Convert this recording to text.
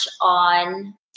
on